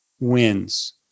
wins